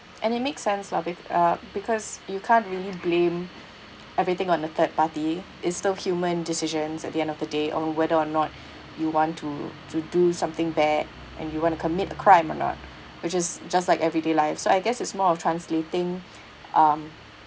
and it makes sense lah uh because you can't really blame everything on a third party it's still human decision at the end of the day on whether or not you want to to do something bad and you want to commit a crime or not which is just like everyday life so I guess it's more of translating um